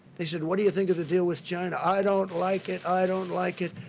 he said, what do you think of the deal with china? i don't like it, i don't like it.